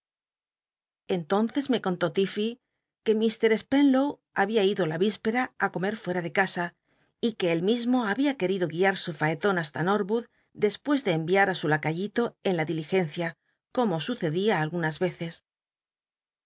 entonces me contó l'ilfey que mr spenlow había ido la víspera á comer fuera de casa y que él mismo babia querido guiar su faeton hasta xotwood despues de enriar á su lacayito en la diligencia como sucedía algunas veces